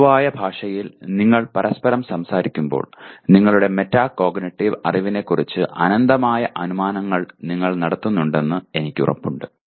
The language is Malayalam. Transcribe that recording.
പൊതുവായ ഭാഷയിൽ നിങ്ങൾ പരസ്പരം സംസാരിക്കുമ്പോൾ നിങ്ങളുടെ മെറ്റാകോഗ്നിറ്റീവ് അറിവിനെക്കുറിച്ച് അനന്തമായ അനുമാനങ്ങൾ നിങ്ങൾ നടത്തുന്നുണ്ടെന്ന് എനിക്ക് ഉറപ്പുണ്ട്